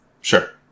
Sure